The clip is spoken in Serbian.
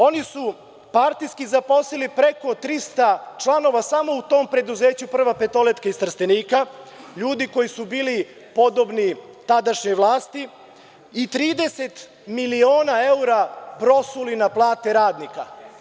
Oni su partijski zaposlili preko 300 članova samo u tom preduzeću „Prva petoletka“ iz Trstenika, ljudi koji su bili podobni tadašnjoj vlasti i 30 miliona evra prosuli na plate radnika.